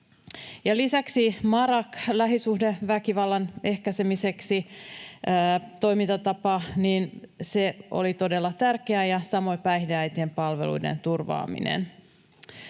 Lisäksi MARAK-toimintatapa lähisuhdeväkivallan ehkäisemiseksi oli todella tärkeä, ja samoin päihdeäitien palveluiden turvaaminen.